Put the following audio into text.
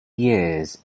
years